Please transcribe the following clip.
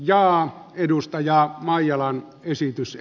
kannatan edustaja maijalan esitystä